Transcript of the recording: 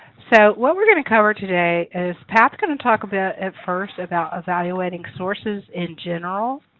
so, what we're going to cover today is. pat's going to talk a bit at first about evaluating sources in general,